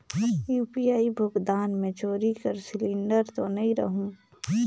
UPI भुगतान मे चोरी कर सिलिंडर तो नइ रहु?